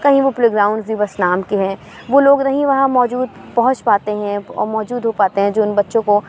کہیں وہ playgrounds بھی بس نام کے ہیں وہ لوگ نہیں وہاں موجود پہنچ پاتے ہیں اور موجود ہو پاتے ہیں جو اُن بچوں کو